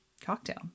cocktail